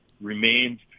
remains